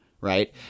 Right